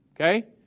Okay